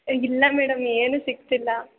ಇಲ್ಲ ಮೇಡಮ್ ಏನು ಸಿಗ್ತಿಲ್ಲ